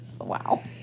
wow